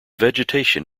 vegetation